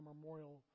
memorial